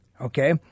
okay